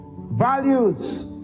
Values